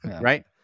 right